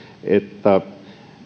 että